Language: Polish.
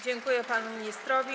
Dziękuję panu ministrowi.